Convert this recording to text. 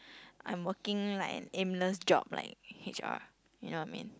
I'm working like an aimless job like H_R you know what I mean